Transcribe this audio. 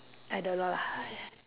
I don't know lah